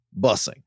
busing